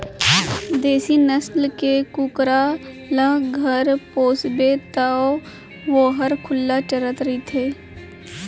देसी नसल के कुकरा ल घर पोसबे तौ वोहर खुल्ला चरत रइथे